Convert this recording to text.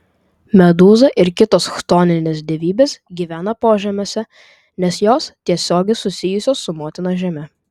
medūza ir kitos chtoninės dievybės gyvena požemiuose nes jos tiesiogiai susijusios su motina žeme